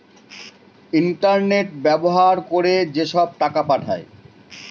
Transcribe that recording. internet ব্যবহার করে যেসব টাকা পাঠায়